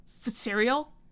cereal